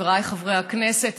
חבריי חברי הכנסת,